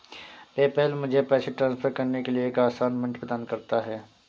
PayPal मुझे पैसे transfer करने के लिए एक आसान मंच प्रदान करता है